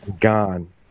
gone